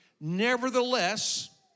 nevertheless